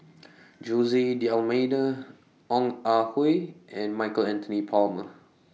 Jose D'almeida Ong Ah Hoi and Michael Anthony Palmer